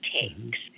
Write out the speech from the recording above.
takes